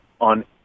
on